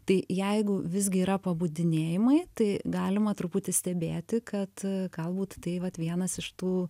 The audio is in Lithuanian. tai jeigu visgi yra pabudinėjimai tai galima truputį stebėti kad galbūt tai vat vienas iš tų